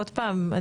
עוד פעם,